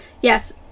yes